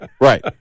Right